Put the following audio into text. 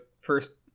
first